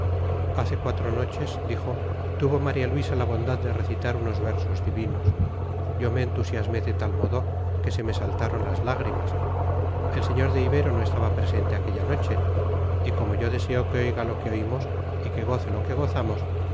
hace cuatro noches dijo tuvo maría luisa la bondad de recitar unos versos divinos yo me entusiasmé de tal modo que se me saltaron las lágrimas el sr de ibero no estaba presente aquella noche y como yo deseo que oiga lo que oímos y que goce lo que gozamos